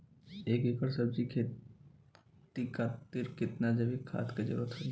एक एकड़ सब्जी के खेती खातिर कितना जैविक खाद के जरूरत होई?